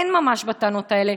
אין ממש בטענות האלה.